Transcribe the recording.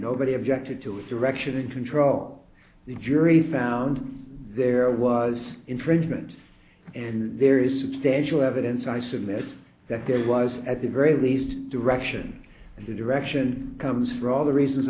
nobody objected to a direction in control the jury found there was infringement and there is substantial evidence i submit that there was at the very least direction and the direction comes for all the reasons